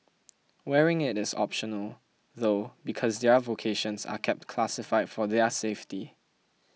wearing it is optional though because their vocations are kept classified for their safety